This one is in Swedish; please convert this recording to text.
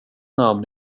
namn